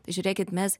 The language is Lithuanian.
žiūrėkit mes